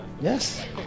yes